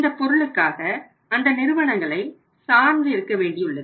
இந்த பொருளுக்காக அந்த நிறுவனங்களை சார்ந்திருக்க வேண்டியுள்ளது